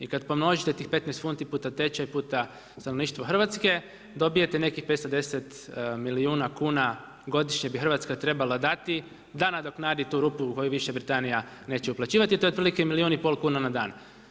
I kada pomnožite tih 15 funti puta tečaj, puta stanovništvo Hrvatske dobijete nekih 510 milijuna kuna godišnje bi Hrvatska trebala dati da nadoknadi tu rupu u koju više Britanija neće uplaćivati i to je milijun i pol kuna na dan.